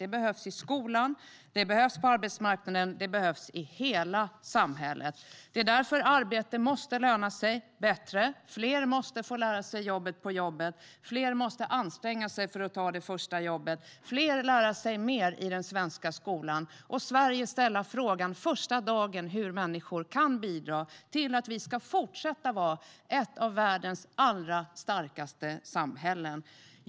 Det behövs i skolan, på arbetsmarknaden och i hela samhället. Därför måste arbete löna sig bättre. Fler måste få lära sig jobbet på jobbet. Fler måste anstränga sig för att ta det första jobbet. Fler måste lära sig mer i den svenska skolan. Och Sverige måste ställa frågan från första dagen: Hur kan människor bidra till att vi ska fortsätta vara ett av världens allra starkaste samhällen?